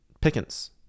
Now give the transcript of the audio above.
Pickens